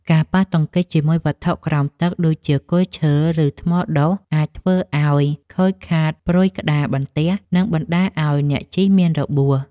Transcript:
ការប៉ះទង្គិចជាមួយវត្ថុក្រោមទឹក ដូចជាគល់ឈើ ឬថ្មដុះ អាចធ្វើឱ្យខូចខាតព្រុយក្តារបន្ទះ និងបណ្ដាលឱ្យអ្នកជិះមានរបួស។